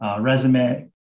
resume